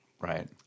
Right